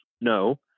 No